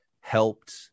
helped